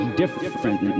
different